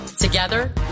Together